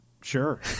Sure